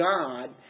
God